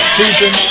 season